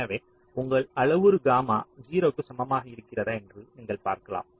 எனவே உங்கள் அளவுரு காமா 0 க்கு சமமாக இருக்கிறதா என்று நீங்கள் பார்க்கலாம்